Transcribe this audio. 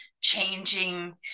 changing